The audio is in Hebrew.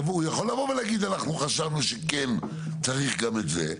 הוא יכול לבוא ולהגיד אנחנו חשבנו שכן צריך גם את זה.